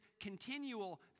continual